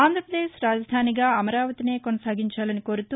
ఆంధ్రప్రదేశ్ రాజధానిగా అమరావతినే కొనసాగించాలని కోరుతూ